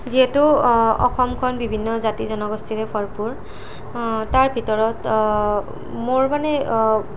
যিহেতু অসমখন বিভিন্ন জাতি জনগোষ্ঠীৰে ভৰপূৰ তাৰ ভিতৰত মোৰ মানে